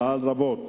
פעל רבות,